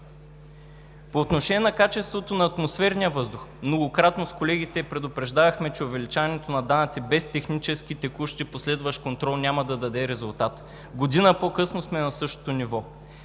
По отношение на качеството на атмосферния въздух многократно с колегите предупреждавахме, че увеличаването на данъци без технически, текущ и последващ контрол, няма да даде резултат. Година по-късно сме на същото ниво.